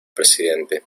presidente